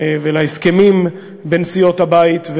ולהסכמים בין סיעות הבית.